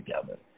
together